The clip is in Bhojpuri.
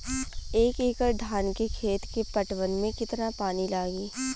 एक एकड़ धान के खेत के पटवन मे कितना पानी लागि?